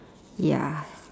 ya